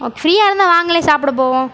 ஃப்ரீயாக இருந்தா வாங்களேன் சாப்பிட போவோம்